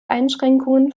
einschränkungen